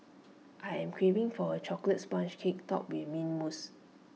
I am craving for A Chocolate Sponge Cake Topped with Mint Mousse